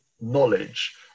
knowledge